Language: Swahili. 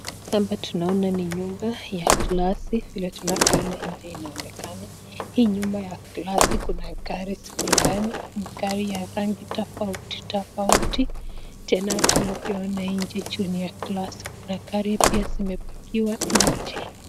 Hapa tunaona ni nyumba ya glasi, vile tunavyoona nje inaonekana. Hii nyumba ya glasi kuna gari ziko ndani ,ni gari ya rangi tofauti tofauti . Tena tunavyoona nje ju ni ya glasi kuna gari pia zimepakiwa nje.